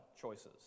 choices